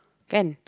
can